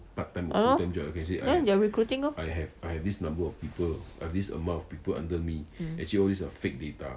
!hannor! then they are recruiting lor mm